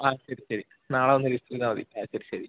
ആ ശരി ശരി നാളെ വന്ന് ലിസ്റ്റ് ചെയ്താൽ മതി ആ ശരി ശരി